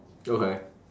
okay